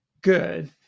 good